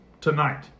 tonight